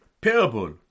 parable